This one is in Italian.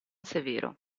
severo